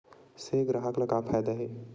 से ग्राहक ला का फ़ायदा हे?